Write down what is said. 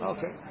Okay